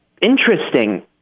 interesting